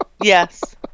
Yes